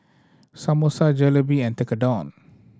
Samosa Jalebi and Tekkadon